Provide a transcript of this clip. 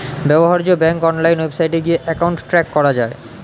ব্যবহার্য bank online ওয়েবসাইটে গিয়ে অ্যাকাউন্ট ট্র্যাক করা যায়